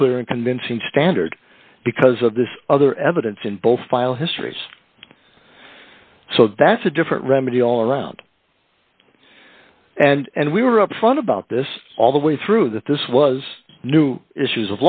the clear and convincing standard because of this other evidence in both file histories so that's a different remedy all around and we were upfront about this all the way through that this was new issues